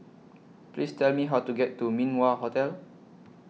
Please Tell Me How to get to Min Wah Hotel